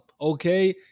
Okay